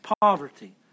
poverty